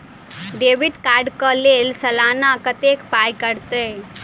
Debit card कऽ लेल सलाना कत्तेक पाई कटतै?